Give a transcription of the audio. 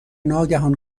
ناگهان